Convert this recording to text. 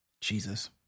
Jesus